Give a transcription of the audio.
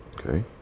Okay